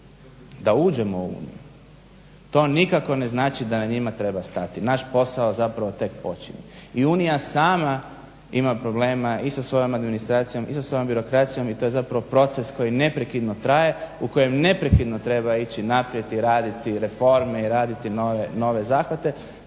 da uđemo to nikako ne znači da na njima treba stati. Naš posao zapravo tek počinje. I Unija sama ima problema i sa svojom administracijom i sa svojom birokracijom. I to je zapravo proces koji neprekidno traje u kojem neprekidno treba ići naprijed i raditi reforme i raditi nove zahvate.